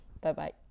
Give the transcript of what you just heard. Bye-bye